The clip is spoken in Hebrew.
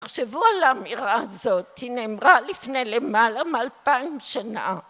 תחשבו על האמירה הזאת היא נאמרה לפני למעלה מאלפיים שנה